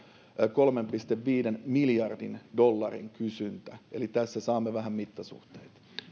kolmen pilkku viiden miljardin dollarin kysyntä eli tässä saamme vähän mittasuhteita